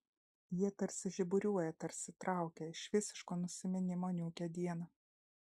jie tarsi žiburiuoja tarsi traukia iš visiško nusiminimo niūkią dieną